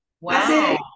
Wow